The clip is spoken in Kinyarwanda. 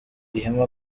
ihema